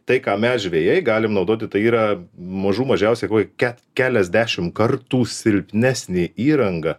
tai ką mes žvejai galim naudoti tai yra mažų mažiausiai laik ke keliasdešimt kartų silpnesnė įranga